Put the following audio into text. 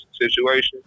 situation